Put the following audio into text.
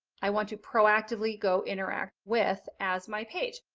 i want to proactively go interacting with as my page.